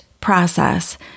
process